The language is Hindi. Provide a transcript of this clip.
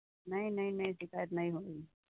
नहीं नहीं नहीं दिक्कत नहीं होगी